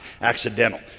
accidental